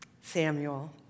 Samuel